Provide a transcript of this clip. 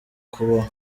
kubaho